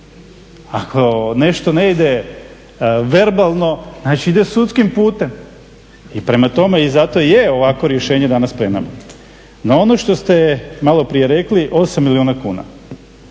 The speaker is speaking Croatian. Ako nešto ne ide verbalno znači ide sudskim putem i prema tome i zato i je ovakvo rješenje danas pred nama. Na ono što ste malo prije rekli 8 milijuna kuna.